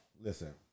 Listen